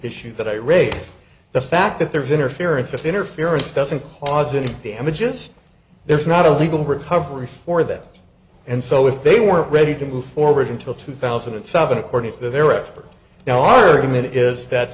issue that i raised the fact that there's interference with interference doesn't cause any damages there's not a legal recovery for that and so if they were ready to move forward until two thousand and seven according to their expert now argument is that